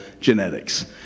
genetics